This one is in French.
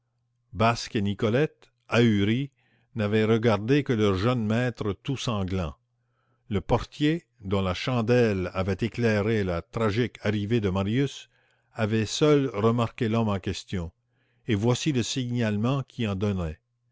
et nicolette ahuris n'avaient regardé que leur jeune maître tout sanglant le portier dont la chandelle avait éclairé la tragique arrivée de marius avait seul remarqué l'homme en question et voici le signalement qu'il en